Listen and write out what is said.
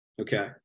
Okay